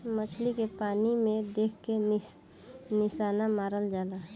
मछली के पानी में देख के निशाना मारल जाला